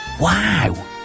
Wow